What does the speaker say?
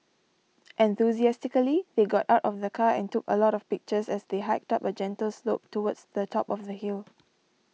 enthusiastically they got out of the car and took a lot of pictures as they hiked up a gentle slope towards the top of the hill